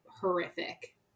horrific